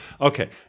okay